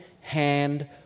hand